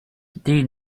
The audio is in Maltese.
din